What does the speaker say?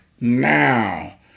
now